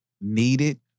needed